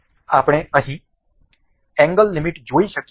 આપણે અહીં angle limit જોઈ શકીએ છીએ